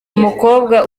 umukobwa